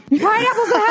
Pineapples